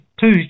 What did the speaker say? two